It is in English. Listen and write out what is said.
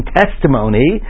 testimony